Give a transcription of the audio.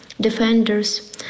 defenders